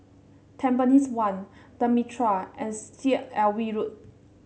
Tampines One The Mitraa and Syed Alwi Road